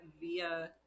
via